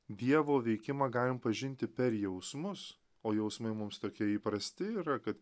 dievo veikimą galim pažinti per jausmus o jausmai mums tokie įprasti yra ka